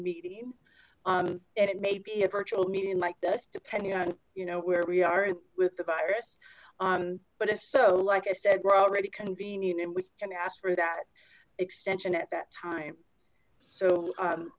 meeting and it may be a virtual meeting like this depending on you know where we are with the virus but if so like i said we're already convenient and we can ask for that extension at that time so